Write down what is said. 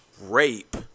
rape